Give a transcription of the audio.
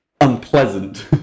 unpleasant